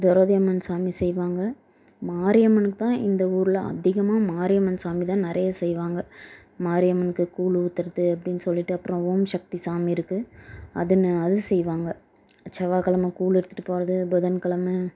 தொரவுதி அம்மன் சாமி செய்வாங்க மாரியம்மனுக்குதான் இந்த ஊரில் அதிகமாக மாரியம்மன் சாமிதான் நிறைய செய்வாங்க மாரியம்மனுக்கு கூழ் ஊற்றுறது அப்படின்னு சொல்லிவிட்டு அப்புறம் ஓம் சக்தி சாமி இருக்குது அதன அதுவும் செய்வாங்க செவ்வாக்கிழம கூழ் எடுத்துகிட்டு போகிறது புதன்கிழம